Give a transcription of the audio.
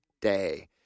day